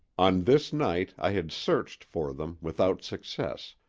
on this night i had searched for them without success,